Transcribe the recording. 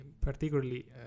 particularly